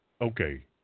Okay